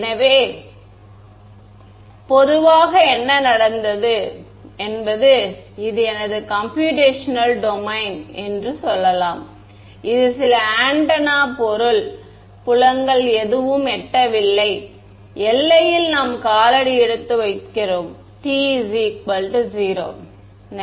எனவே பொதுவாக என்ன நடந்தது என்பது இது எனது கம்பூயூடேஷனல் டொமைன் என்று சொல்லலாம் இது சில ஆண்டெனா பொருள் புலங்கள் எதுவும் எட்டவில்லை எல்லையில் நாம் காலடி எடுத்து வைக்கிறோம் t 0 நேரத்தில்